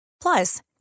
Plus